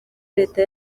leta